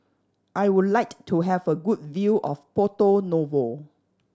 I would like to have a good view of Porto Novo